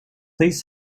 please